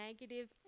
negative